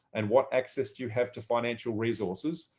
and what access do you have to financial resources?